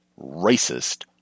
racist